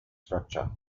structure